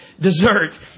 dessert